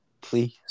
please